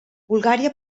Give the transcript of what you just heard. bulgària